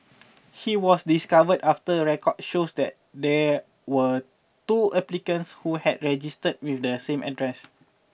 he was discovered after record shows that there were two applicants who had registered with the same address